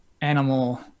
Animal